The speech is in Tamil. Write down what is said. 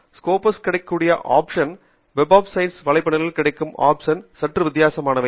ஸ்கொப்பஸில் கிடைக்கக்கூடிய ஆப்சன் வெப் ஒப்பிசயின்ஸ் வலைப்பின்னலில் கிடைக்கும் ஆப்சன் சற்று வித்தியாசமானவை